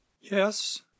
Yes